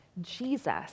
jesus